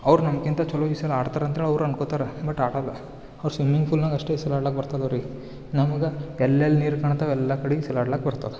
ಅವ್ರು ನಮ್ಗಿಂತ ಚಲೋ ಈಜೆಲ್ಲ ಆಡ್ತಾರಂದ್ರೆ ಅವ್ರು ಅನ್ಕೋತಾರೆ ಬಟ್ ಆಡೋಲ್ಲ ಅವ್ರು ಸ್ವಿಮಿಂಗ್ ಫೂಲ್ನಾಗೆ ಅಷ್ಟೇ ಚಲೋ ಆಡೋಕ್ ಬರ್ತದೆ ರೀ ನಮ್ಗೆ ಎಲ್ಲೆಲ್ಲಿ ನೀರು ಕಾಣ್ತದೆ ಎಲ್ಲ ಕಡೆಗೆ ಚಲ್ಲಾಡ್ಲಕ್ಕೆ ಬರ್ತದೆ